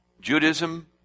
Judaism